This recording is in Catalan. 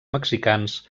mexicans